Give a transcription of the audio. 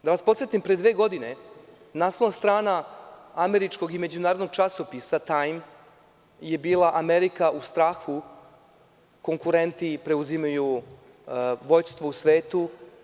Da vas podsetim, pre dve godine naslovna strana američkog i međunarodnog časopisa „Time“ je bila- Amerika u strahu, konkurenti preuzimaju vođstvo u svetu.